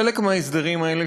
חלק מההסדרים האלה,